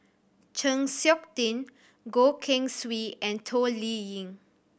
Chng Seok Tin Goh Keng Swee and Toh Liying